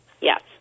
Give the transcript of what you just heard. Yes